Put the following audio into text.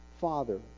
father